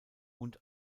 und